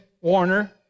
Warner